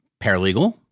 Paralegal